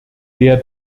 der